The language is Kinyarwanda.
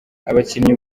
abakinnyi